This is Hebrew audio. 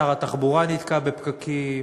שר התחבורה נתקע בפקקים,